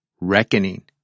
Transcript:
reckoning